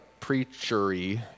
preachery